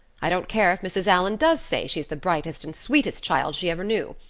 i don't care if mrs. allan does say she's the brightest and sweetest child she ever knew.